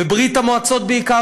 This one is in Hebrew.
בברית המועצות בעיקר,